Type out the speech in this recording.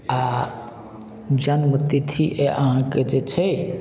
आओर जन्मतिथि अहाँके जे छै